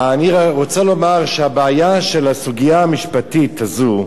אני רוצה לומר שהבעיה של הסוגיה המשפטית הזו,